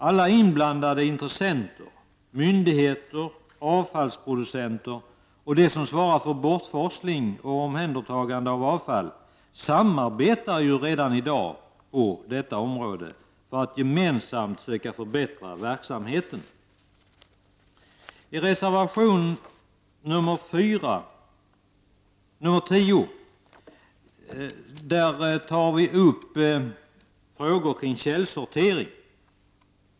Alla inblandade intressenter — myndigheter, avfallsproducenter och de som svarar för bortforsling och omhändertagande av avfall — samarbetar ju redan i dag på detta område för att gemensamt söka förbättra verksamheten. I reservation nr 10 tar vi upp frågor kring källsortering.